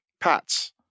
Pat's